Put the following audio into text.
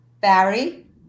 Barry